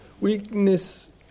Weakness